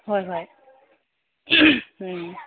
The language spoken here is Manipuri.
ꯍꯣꯏ ꯍꯣꯏ ꯎꯝ